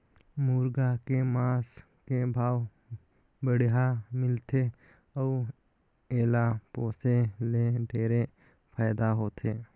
मुरगा के मांस के भाव बड़िहा मिलथे अउ एला पोसे ले ढेरे फायदा होथे